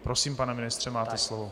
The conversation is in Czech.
Prosím, pane ministře, máte slovo.